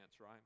right